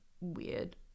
weird